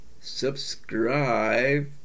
subscribe